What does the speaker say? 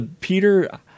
peter